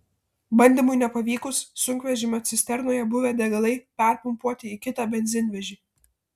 bandymui nepavykus sunkvežimio cisternoje buvę degalai perpumpuoti į kitą benzinvežį